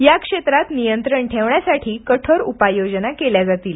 या क्षेत्रात नियंत्रण ठेवण्यासाठी कठोर उपाययोजना केल्या जातील